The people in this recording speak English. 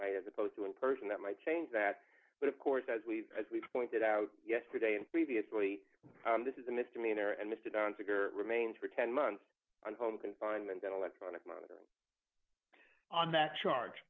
might as opposed to in person that might change that but of course as we as we pointed out yesterday and previously this is a misdemeanor and mr dunn figure remains for ten months on home confinement then electronic monitoring on that charge